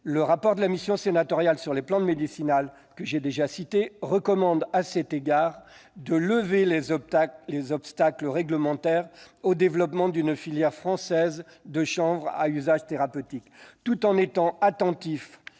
Le rapport de la mission sénatoriale sur les plantes médicinales, que j'ai déjà cité, recommande à cet égard de « lever les obstacles réglementaires au développement d'une filière de production française de chanvre à usage thérapeutique ». Tout en étant attentif